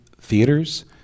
theaters